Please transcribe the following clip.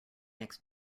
next